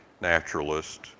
naturalist